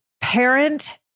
parent